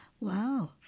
Wow